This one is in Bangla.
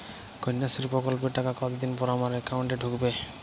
কন্যাশ্রী প্রকল্পের টাকা কতদিন পর আমার অ্যাকাউন্ট এ ঢুকবে?